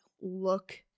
look